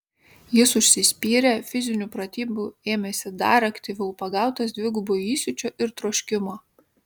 jis užsispyrė fizinių pratybų ėmėsi dar aktyviau pagautas dvigubo įsiūčio ir troškimo